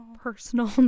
personal